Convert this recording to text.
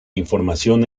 información